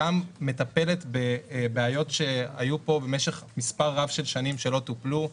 גם מטפלת בבעיות שהיו פה במשך מספר רב של שנים ולא טופלו,